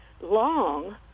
long